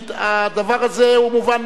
הדבר הזה הוא מובן מאליו.